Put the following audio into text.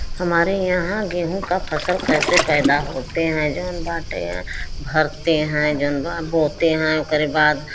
हमारे यहाँ गेहूँ का फसल कैसे पैदा होते हैं जौन बाटे हैं भरते हैं जौन बा बोते हैं ओकरे बाद